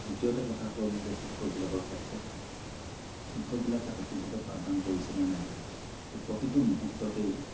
দ্বিতীয়তে কথা হ'ল যে শিক্ষকবিলাকৰ ক্ষেত্ৰত শিক্ষকবিলাকে সঠিকভাৱে পাঠদান কৰিছে নে নাইতো প্ৰতিটো মুহূৰ্ততেই